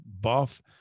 buff